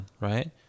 right